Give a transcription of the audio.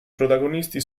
protagonisti